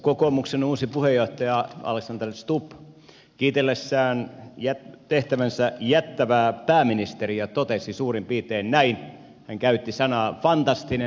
kokoomuksen uusi puheenjohtaja alexander stubb kiitellessään tehtävänsä jättävää pääministeriä totesi suurin piirtein näin hän käytti sanaa fantastinen